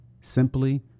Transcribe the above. Simply